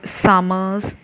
summer's